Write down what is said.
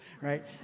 right